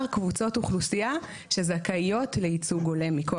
קבוצות אוכלוסייה שזכאיות לייצוג הולם מכוח החוק.